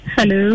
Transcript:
Hello